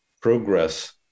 progress